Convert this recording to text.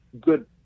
good